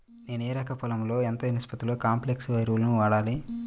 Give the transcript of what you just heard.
నేను ఎకరం పొలంలో ఎంత నిష్పత్తిలో కాంప్లెక్స్ ఎరువులను వాడాలి?